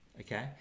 okay